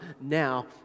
now